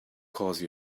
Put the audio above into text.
course